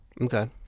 Okay